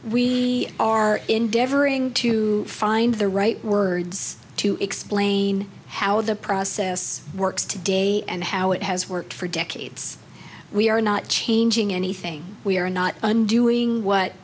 we are endeavoring to find the right words to explain how the process works today and how it has worked for decades we are not changing anything we are not undoing what